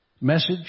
message